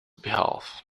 behalf